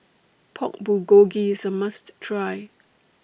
Pork Bulgogi IS A must Try